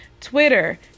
Twitter